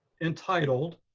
entitled